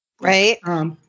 Right